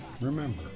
remember